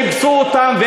חיפשו אותם,